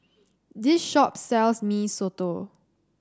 this shop sells Mee Soto